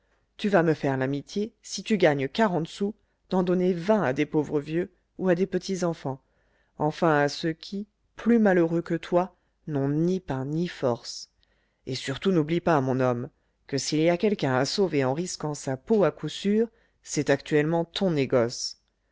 tu vas me faire l'amitié si tu gagnes quarante sous d'en donner vingt à des pauvres vieux ou à des petits enfants enfin à ceux qui plus malheureux que toi n'ont ni pain ni force et surtout n'oublie pas mon homme que s'il y a quelqu'un à sauver en risquant sa peau à coup sûr c'est actuellement ton négoce